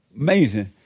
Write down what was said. Amazing